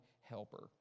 helper